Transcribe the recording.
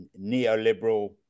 neoliberal